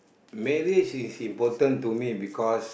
maybe it's important to me because